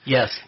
Yes